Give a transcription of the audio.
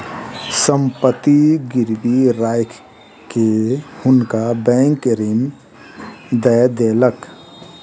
संपत्ति गिरवी राइख के हुनका बैंक ऋण दय देलक